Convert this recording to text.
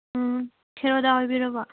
ꯈꯦꯔꯣꯗ ꯑꯣꯏꯕꯤꯔꯕꯣ